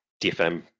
DFM